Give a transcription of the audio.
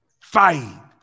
fight